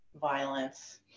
violence